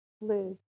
lose